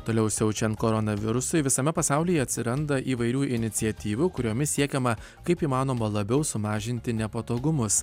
toliau siaučiant koronavirusui visame pasaulyje atsiranda įvairių iniciatyvų kuriomis siekiama kaip įmanoma labiau sumažinti nepatogumus